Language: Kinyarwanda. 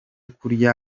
kurya